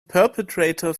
perpetrator